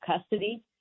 custody